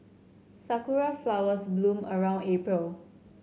sakura flowers bloom around April